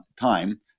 time